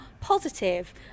positive